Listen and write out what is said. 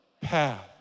path